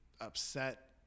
upset